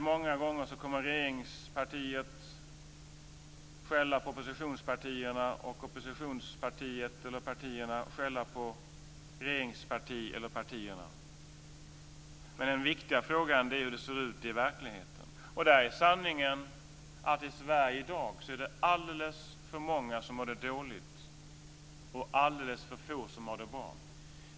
Många gånger kommer regeringspartiet att skälla på oppositionspartierna och oppositionspartiet eller partierna att skälla på regeringspartiet eller - partierna. Men den viktiga frågan är hur det ser ut i verkligheten. Där är sanningen att det i Sverige i dag är alldeles för många som har det dåligt och alldeles för få som har det bra.